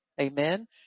Amen